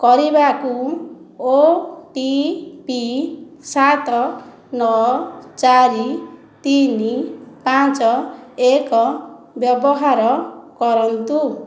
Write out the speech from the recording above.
କରିବାକୁ OTP ସାତ ନଅ ଚାରି ତିନି ପାଞ୍ଚ ଏକ ବ୍ୟବହାର କରନ୍ତୁ